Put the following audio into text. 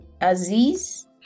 Aziz